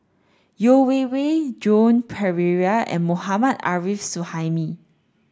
Yeo Wei Wei Joan Pereira and Mohammad Arif Suhaimi